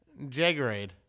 jaggerade